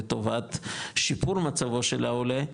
לטובת שיפור מצבו של העולה,